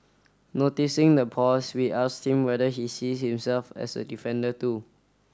noticing the pause we asked him whether he sees himself as a defender too